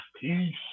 Peace